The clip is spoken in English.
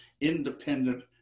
independent